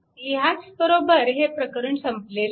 ह्याचबरोबर हे प्रकरण संपलेले आहे